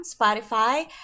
Spotify